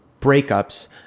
breakups